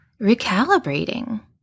recalibrating